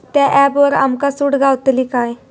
त्या ऍपवर आमका सूट गावतली काय?